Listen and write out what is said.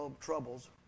troubles